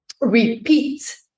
repeat